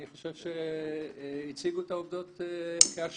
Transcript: אני חושב שהציגו את העובדות לאשורן.